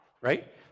right